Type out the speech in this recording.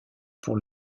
pour